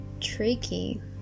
tricky